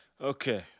Okay